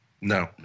No